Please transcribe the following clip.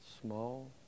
small